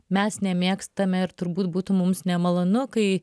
mes nemėgstame ir turbūt būtų mums nemalonu kai